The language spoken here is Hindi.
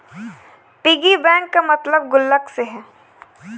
पिगी बैंक का मतलब गुल्लक से है